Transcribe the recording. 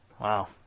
Wow